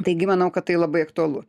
taigi manau kad tai labai aktualu